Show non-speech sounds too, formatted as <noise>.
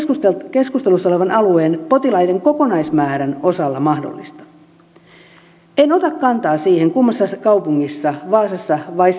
keskustelussa olevan alueen potilaiden kokonaismäärän osalla mahdollista en ota kantaa siihen kummassa kaupungissa vaasassa vai <unintelligible>